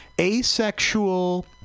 asexual